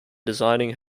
designing